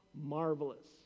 marvelous